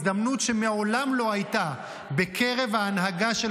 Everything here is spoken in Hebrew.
הזדמנות שמעולם לא הייתה בקרב ההנהגה של